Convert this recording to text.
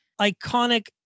iconic